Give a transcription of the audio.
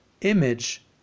image